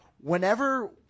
Whenever